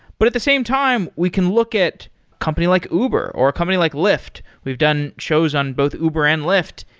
but at the same time, we can look at a company like uber, or a company like lyft. we've done shows on both uber and lyft.